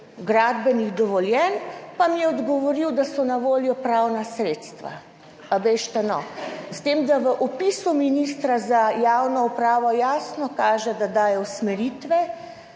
gradbenih dovoljenj, pa mi je odgovoril, da so na voljo pravna sredstva. A bežite no? S tem, da v opisu ministra za javno upravo jasno kaže, da daje usmeritve